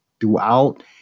throughout